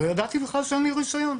לא ידעתי בכלל שאין לי רישיון.